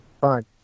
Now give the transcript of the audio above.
Fine